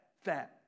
fat